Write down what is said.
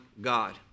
God